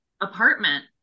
apartment